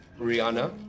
rihanna